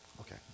Okay